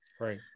right